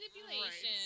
manipulation